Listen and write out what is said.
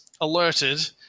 alerted